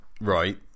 Right